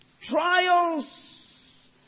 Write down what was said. trials